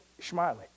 smiley